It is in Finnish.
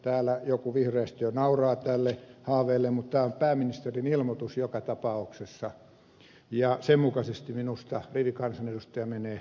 täällä joku vihreistä jo nauraa tälle haaveelle mutta tämä on pääministerin ilmoitus joka tapauksessa ja sen mukaisesti minusta rivikansanedustaja menee eteenpäin